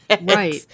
Right